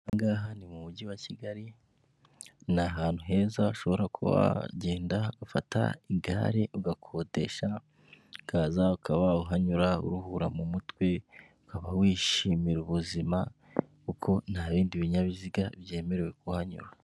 Aha ngaha ni mu mujyi wa Kigali ni ahantu heza ushobora kugenda ufata igare ugakodesha ukaza ukaba uhanyura uruhura mu mutwe, ukaba wishimira ubuzima kuko nta bindi binyabiziga byemerewe kuhanyura.